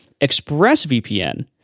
ExpressVPN